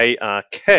ARK